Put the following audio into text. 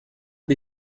the